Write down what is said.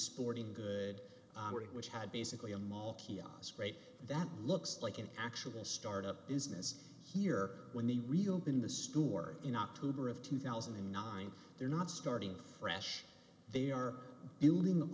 sporting good which had basically a mall kiosk rate that looks like an actual start up business here when they reopen the steward in october of two thousand and nine they're not starting fresh they are building them